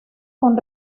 con